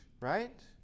right